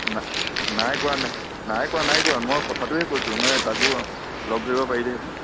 না নাই কোৱা নাই নাই কোৱা নাই কোৱা মই কথাটোহে কৈছোঁ মানে তাকো লগ ধৰিব পাৰিলোহেঁতেন